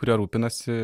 kurie rūpinasi